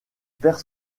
perd